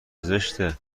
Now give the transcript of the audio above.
زشته